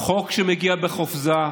זה חוק שמגיע בחופזה.